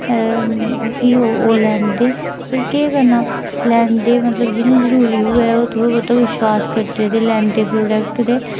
एह् फ्ही ओह् लैंदे पर केह् करना लैंदे न मतलब जियां जरूरी होवै थोह्ड़ा बहुता विश्वास करदे ते लैंदे प्रोडक्ट